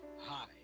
Hi